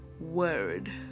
word